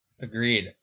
Agreed